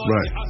Right